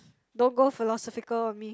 don't go philosophical on me